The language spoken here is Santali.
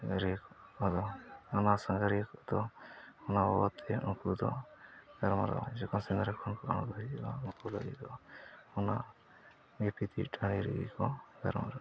ᱥᱮᱸᱫᱽᱨᱟ ᱠᱚᱫᱚ ᱚᱱᱟ ᱥᱟᱸᱜᱷᱟᱨᱤᱭᱟᱹ ᱠᱚᱫᱚ ᱚᱱᱟ ᱵᱟᱵᱚᱫ ᱛᱮ ᱩᱱᱠᱩ ᱫᱚ ᱜᱟᱞᱢᱟᱨᱟᱣ ᱡᱚᱠᱷᱚᱱ ᱥᱮᱸᱫᱽᱨᱟ ᱠᱷᱚᱱ ᱠᱚ ᱥᱮᱸᱫᱽᱨᱟ ᱠᱷᱚᱱ ᱠᱚ ᱟᱬᱜᱚ ᱦᱤᱡᱩᱜᱼᱟ ᱩᱱᱠᱩ ᱫᱚ ᱚᱱᱟ ᱜᱤᱯᱤᱛᱤᱡ ᱴᱟᱺᱰᱤ ᱨᱮᱜᱮ ᱠᱚ ᱜᱟᱞᱢᱟᱨᱟᱣᱟ